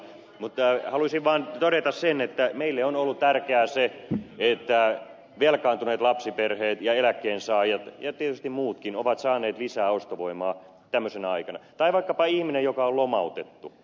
mutta haluaisin vaan todeta sen että meille on ollut tärkeää se että velkaantuneet lapsiperheet ja eläkkeensaajat ja tietysti muutkin ovat saaneet lisää ostovoimaa tämmöisenä aikana tai vaikkapa ihminen joka on lomautettu